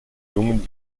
jungen